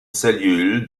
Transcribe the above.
cellule